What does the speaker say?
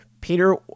Peter